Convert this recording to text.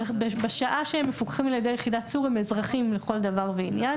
בשעה שהם מפוקחים על ידי יחידת צור הם אזרחים לכל דבר ועניין,